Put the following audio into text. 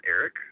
Eric